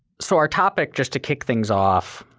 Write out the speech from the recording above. so our topic, just to kick things off,